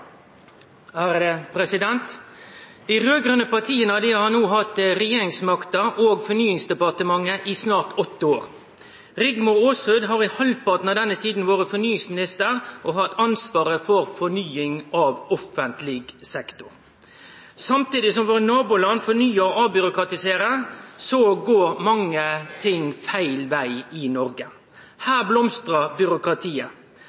har no hatt regjeringsmakta og Fornyingsdepartementet i snart åtte år. Rigmor Aasrud har i halvparten av denne tida vore fornyingsminister og hatt ansvaret for fornying av offentleg sektor. Samtidig som nabolanda våre fornyar og avbyråkratiserer, går mange ting feil veg i